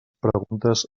preguntes